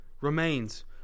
remains